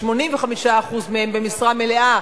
85% מהם עובדים במשרה מלאה,